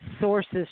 sources